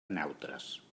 neutres